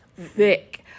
thick